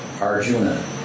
Arjuna